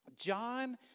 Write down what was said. John